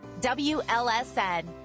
WLSN